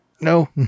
No